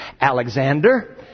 Alexander